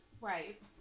Right